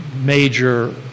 major